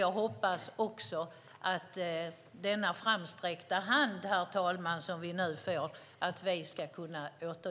Jag hoppas också att vi ska kunna återgälda den framsträckta hand som vi nu får.